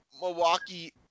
Milwaukee